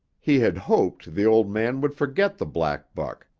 he had hoped the old man would forget the black buck,